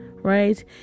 right